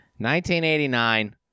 1989